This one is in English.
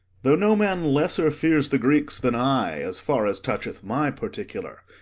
though no man lesser fears the greeks than i, as far as toucheth my particular,